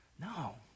No